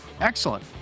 Excellent